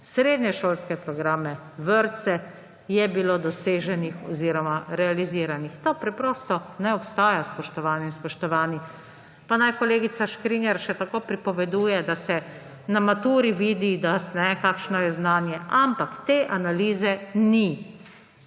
srednješolske programe, vrtce je bilo doseženih oziroma realiziranih. Ta preprosto ne obstaja, spoštovane in spoštovani. Naj kolegica Škrinjar še tako pripoveduje, da se na maturi vidi, kakšno je znanje, ampak te analize ni.